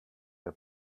der